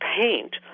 paint